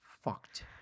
Fucked